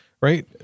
right